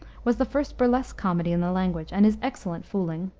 was the first burlesque comedy in the language, and is excellent fooling.